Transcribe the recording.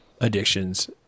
addictions